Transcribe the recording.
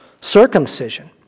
circumcision